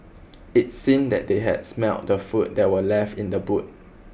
it seemed that they had smelt the food that were left in the boot